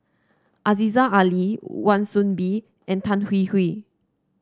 Aziza Ali Wan Soon Bee and Tan Hwee Hwee